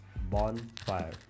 bonfire